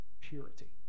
purity